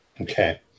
Okay